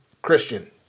Christian